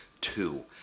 two